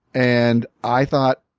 and i thought,